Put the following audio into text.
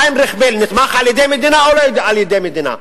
היינריך בל נתמך על-ידי מדינה או לא על-ידי מדינה?